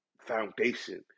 foundation